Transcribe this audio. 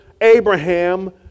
Abraham